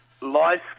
life